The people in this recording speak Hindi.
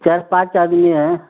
चार पाँच आदमी हैं